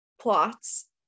plots